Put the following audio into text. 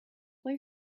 play